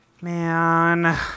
man